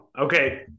Okay